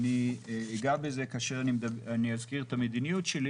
אגע בזה כאשר אסביר את המדיניות שלי,